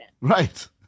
Right